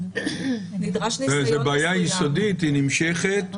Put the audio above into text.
זאת בעיה יסודית והיא נמשכת.